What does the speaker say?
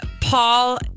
Paul